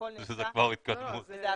זו כבר התקדמות.